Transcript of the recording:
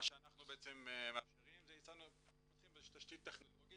מה שאנחנו מאפשרים זה --- מפתחים תשתית טכנולוגית